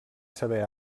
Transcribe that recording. saber